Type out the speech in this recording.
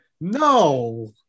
No